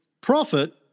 profit